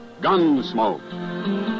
Gunsmoke